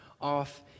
off